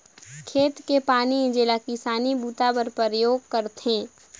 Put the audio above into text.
खेत के पानी जेला किसानी बूता बर परयोग करथे